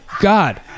God